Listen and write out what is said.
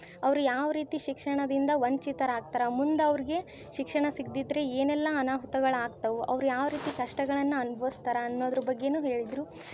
ಅವ್ರು ಯಾವ ರೀತಿ ಶಿಕ್ಷಣದಿಂದ ವಂಚಿತರಾಗ್ತರೆ ಮುಂದೆ ಅವರಿಗೆ ಶಿಕ್ಷಣ ಸಿಗದಿದ್ರೆ ಏನೆಲ್ಲ ಅನಾಹುತಗಳು ಆಗ್ತಾವು ಅವ್ರು ಯಾವ ರೀತಿ ಕಷ್ಟಗಳನ್ನು ಅನುಭವಿಸ್ತಾರ ಅನ್ನೋದ್ರ ಬಗ್ಗೆಯೂ ಹೇಳಿದರು